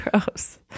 Gross